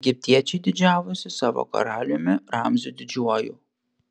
egiptiečiai didžiavosi savo karaliumi ramziu didžiuoju